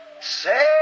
Say